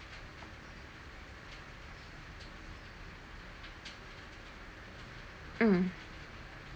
mm